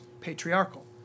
patriarchal